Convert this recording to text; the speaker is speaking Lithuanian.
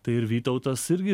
tai ir vytautas irgi